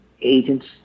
agents